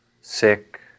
sick